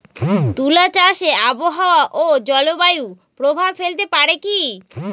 তুলা চাষে আবহাওয়া ও জলবায়ু প্রভাব ফেলতে পারে কি?